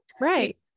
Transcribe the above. Right